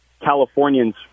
Californians